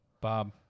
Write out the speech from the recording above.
Bob